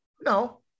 No